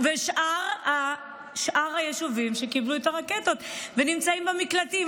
ובשאר היישובים שקיבלו את הרקטות ונמצאים במקלטים.